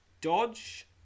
Dodge